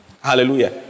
Hallelujah